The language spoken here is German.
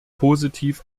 positiv